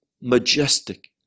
majestic